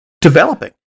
developing